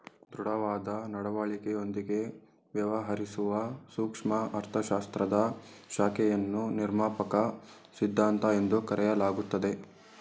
ದೃಢವಾದ ನಡವಳಿಕೆಯೊಂದಿಗೆ ವ್ಯವಹರಿಸುವ ಸೂಕ್ಷ್ಮ ಅರ್ಥಶಾಸ್ತ್ರದ ಶಾಖೆಯನ್ನು ನಿರ್ಮಾಪಕ ಸಿದ್ಧಾಂತ ಎಂದು ಕರೆಯಲಾಗುತ್ತದೆ